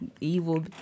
Evil